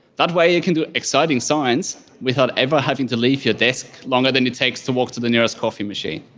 that way you can do exciting science without ever having to leave your desk longer than it takes to walk to the nearest coffee machine.